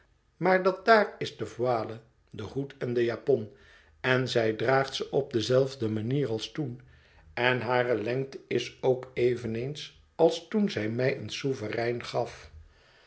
maar dat daar is de voile de hoed en de japon en zij draagt ze op dezelfde manier als toen en hare lengte is ook eveneens als toen zij mij een souverein gaf